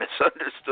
misunderstood